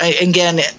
Again